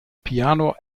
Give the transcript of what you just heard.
piano